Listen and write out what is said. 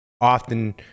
often